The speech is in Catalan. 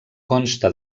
consta